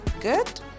Good